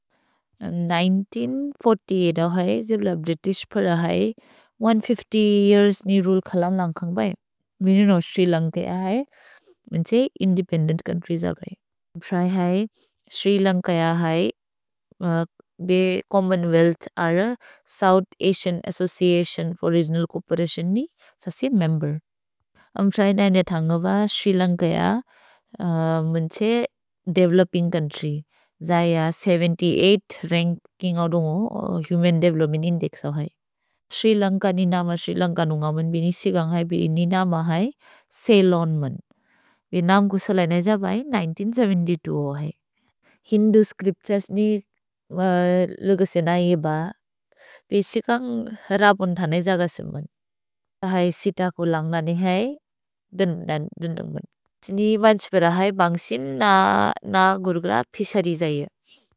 १९४८औ है जिब्ल भ्रितिश् प्रए है, सौ पचास येअर्स् नि रुल् खलम् लन्ग्खन्ग् बै। मिनिनो स्रि लन्क अ है, मिन्छे इन्देपेन्देन्त् चोउन्त्रिएस् अ बै। अम्प्रए है, स्रि लन्क अ है, बे छोम्मोन्वेअल्थ् अर South Asian Association for Regional Cooperation नि ससि मेम्बेर्। अम्प्रए नन्य थन्गव स्रि लन्क अ, मिन्छे देवेलोपिन्ग् चोउन्त्र्य्। जय सत्तर आठ रन्क् कि न्गव्दुन्गु, हुमन् देवेलोप्मेन्त् इन्देक्स् अ है। स्रि लन्क नि नम स्रि लन्क नुन्गवन्, बिनि सिकन्ग् है, बिनि नि नम है, छेय्लोन्मन्। भि नाम् कु सेलैनज बै, १९७२औ है। हिन्दु स्च्रिप्तुरेस् नि लगसेन एब। भि सिकन्ग् हरपुन् थने जगसेमन्। है सित कु लन्ग् ननि है, दुन्दुन्मन्। नि बन्सु प्रए है, बन्सिन् न गुरुगुल पेशरि जये।